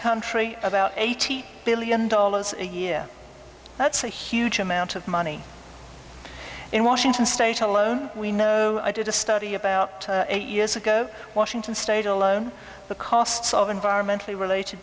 country about eighty billion dollars a year that's a huge amount of money in washington state alone we know i did a study about eight years ago washington state alone the costs of environmentally relate